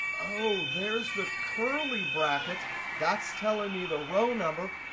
oh, there's the curly brackets that's telling me the row number.